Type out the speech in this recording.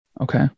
Okay